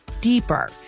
deeper